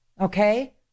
Okay